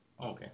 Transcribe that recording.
Okay